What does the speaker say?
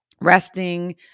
resting